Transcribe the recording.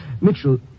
Mitchell